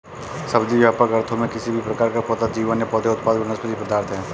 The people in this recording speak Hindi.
सब्जी, व्यापक अर्थों में, किसी भी प्रकार का पौधा जीवन या पौधे उत्पाद वनस्पति पदार्थ है